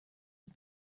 had